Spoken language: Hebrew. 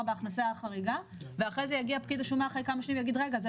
בהכנסה חריגה ואחרי זה יגיע פקיד השומה אחרי כמה שנים ויגיד: רגע,